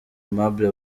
aimable